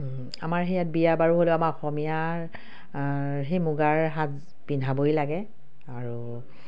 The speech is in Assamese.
আমাৰ সেই ইয়াত বিয়া বাৰু হ'লেও আমাৰ অসমীয়াৰ সেই মুগাৰ সাজ পিন্ধাবই লাগে আৰু